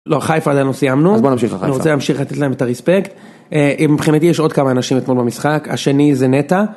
לא חיפה עדיין לא סיימנו, אז בוא נמדיך אחר כך. אני רוצה להמשיך לתת להם את הרספקט... מבחינתי יש עוד כמה אנשים אתמול במשחק. השני זה נטע.